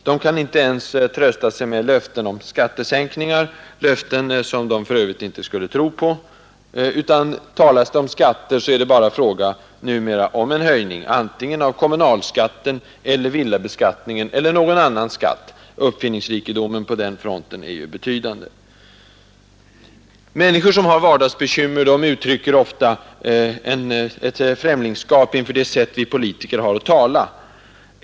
De kan inte ens trösta sig med löften om skattesänkningar — löften som de för övrigt inte skulle tro på — utan talas det om skatter är det numera bara fråga om en höjning, antingen av kommunalskatten eller av villabeskattningen eller av någon annan skatt. Uppfinningsrikedomen på den fronten är ju betydande. Människor som har vardagsbekymmer uttrycker ofta ett främlingskap inför det sätt vi politiker har att tala.